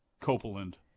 Copeland